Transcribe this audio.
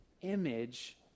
image